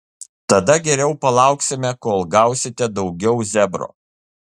tada geriau palauksime kol gausite daugiau zebro